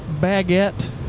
baguette